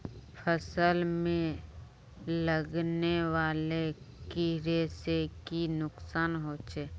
फसल में लगने वाले कीड़े से की नुकसान होचे?